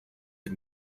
der